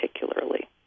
particularly